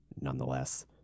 Nonetheless